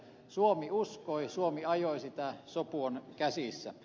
suomi uskoi suomi ajoi sitä sopu on nyt käsissä